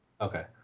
Okay